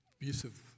abusive